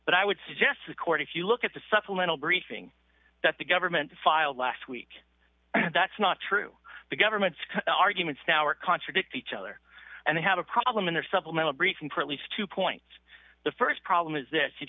but i would suggest the court if you look at the supplemental briefing that the government filed last week that's not true the government's arguments now are contradict each other and they have a problem in their supplemental briefing probably just two points the st problem is this if